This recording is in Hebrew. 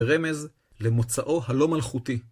רמז למוצאו הלא מלכותי.